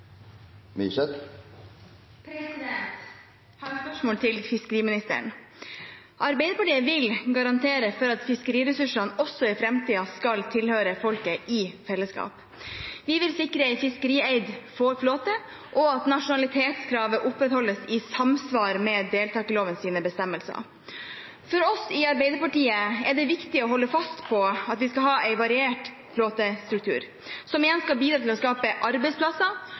har et spørsmål til fiskeriministeren. Arbeiderpartiet vil garantere for at fiskeriressursene også i framtiden skal tilhøre folket i fellesskap. Vi vil sikre en fiskerieid flåte og at nasjonalitetskravet opprettholdes i samsvar med deltakerlovens bestemmelser. For oss i Arbeiderpartiet er det viktig å holde fast på at vi skal ha en variert flåtestruktur, som igjen skal bidra til å skape arbeidsplasser,